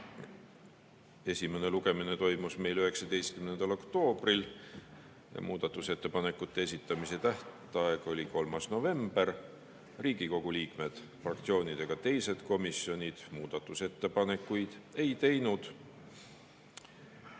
Esimene lugemine toimus 19. oktoobril ja muudatusettepanekute esitamise tähtaeg oli 3. november. Riigikogu liikmed, fraktsioonid ega teised komisjonid muudatusettepanekuid ei teinud.